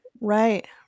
Right